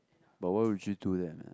but why would she do that